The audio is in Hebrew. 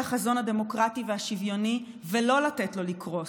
החזון הדמוקרטי והשוויוני ולא לתת לו לקרוס,